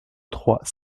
trois